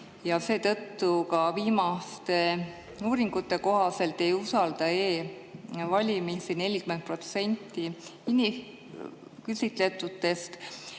Seetõttu ka viimaste uuringute kohaselt ei usalda e-valimisi 40% küsitletutest.